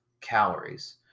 calories